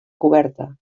coberta